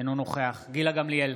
אינו נוכח גילה גמליאל,